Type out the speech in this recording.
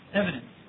evidence